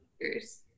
years